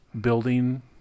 building